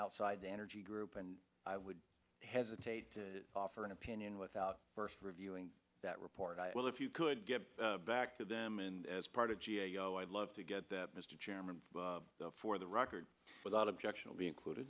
outside the energy group and i would hesitate to offer an opinion without first reviewing that report well if you could get back to them and as part of g a o i'd love to get that mr chairman for the record without objection i'll be included